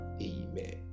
Amen